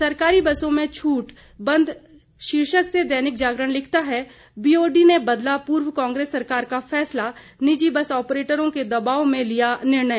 सरकारी बसों में छूट बंद शीर्षक से दैनिक जागरण लिखता है बीओडी ने बदला पूर्व कांग्रेस सरकार का फैसला निजी बस ऑपरेटरों के दवाब में लिया निर्णय